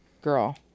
girl